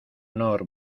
honor